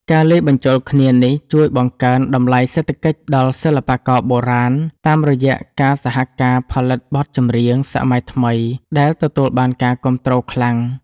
ការលាយបញ្ចូលគ្នានេះជួយបង្កើនតម្លៃសេដ្ឋកិច្ចដល់សិល្បករបុរាណ តាមរយៈការសហការផលិតបទចម្រៀងសម័យថ្មីដែលទទួលបានការគាំទ្រខ្លាំង។